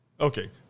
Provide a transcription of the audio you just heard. okay